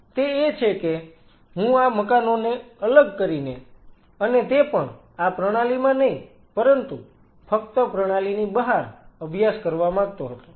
તે એ છે કે હું આ મકાનોને અલગ કરીને અને તે પણ આ પ્રણાલીમાં નહી પરંતુ ફક્ત પ્રણાલીની બહાર અભ્યાસ કરવા માંગતો હતો